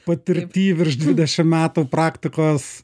patirty virš dvidešim metų praktikos